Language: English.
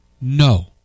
No